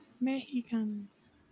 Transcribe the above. Mexicans